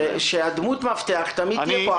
שדמות המפתח תמיד תהיה פה,